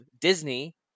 Disney